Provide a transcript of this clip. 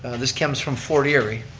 this comes from fort erie.